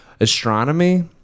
astronomy